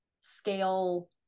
scale